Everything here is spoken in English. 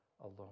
alone